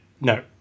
No